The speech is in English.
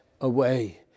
away